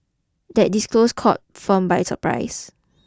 that disclosure caught firms by surprise